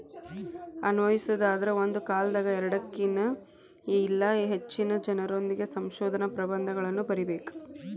ಅನ್ವಯಿಸೊದಾದ್ರ ಒಂದ ಕಾಲದಾಗ ಎರಡಕ್ಕಿನ್ತ ಇಲ್ಲಾ ಹೆಚ್ಚಿನ ಜನರೊಂದಿಗೆ ಸಂಶೋಧನಾ ಪ್ರಬಂಧಗಳನ್ನ ಬರಿಬೇಕ್